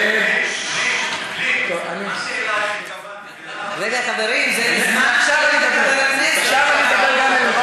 רגע, חברים, זה הזמן שהוא מדבר.